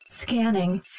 Scanning